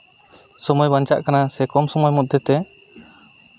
ᱥᱚᱢᱚᱭ ᱵᱟᱧᱪᱟᱜ ᱠᱟᱱᱟ ᱥᱮ ᱠᱚᱢ ᱥᱚᱢᱚᱭ ᱢᱚᱫᱽᱫᱷᱮᱛᱮ